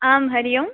आं हरि ओं